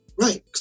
Right